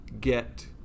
get